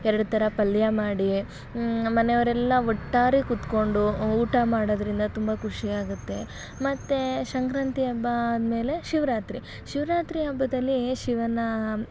ಎರಡು ಥರ ಪಲ್ಯ ಮಾಡಿ ಮನೆಯವರೆಲ್ಲ ಒಟ್ಟಾರೆ ಕೂತ್ಕೊಂಡು ಊಟ ಮಾಡೋದರಿಂದ ತುಂಬ ಖುಷಿ ಆಗುತ್ತೆ ಮತ್ತು ಸಂಕ್ರಾಂತಿ ಹಬ್ಬ ಆದ್ಮೇಲೆ ಶಿವರಾತ್ರಿ ಶಿವರಾತ್ರಿ ಹಬ್ಬದಲ್ಲಿ ಶಿವನ